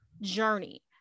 journey